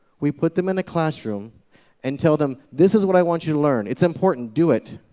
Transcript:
we put them in a classroom and tell them, this is what i want you to learn. it's important. do it.